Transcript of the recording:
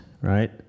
right